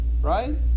right